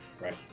Right